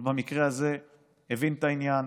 אבל במקרה הזה הוא הבין את העניין,